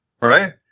Right